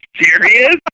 serious